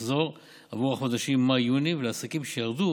עבור החודשים מאי-יוני, ולעסקים שירדו